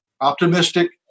optimistic